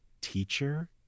teacher